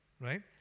right